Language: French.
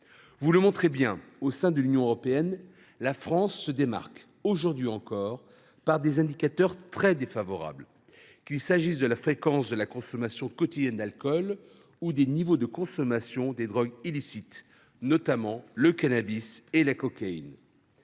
Vous le montrez bien : au sein de l’Union européenne, la France se démarque, aujourd’hui encore, par des indicateurs très défavorables, qu’il s’agisse de la fréquence de la consommation quotidienne d’alcool ou des niveaux d’usage de drogues illicites, notamment de cannabis et de cocaïne.